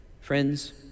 Friends